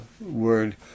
word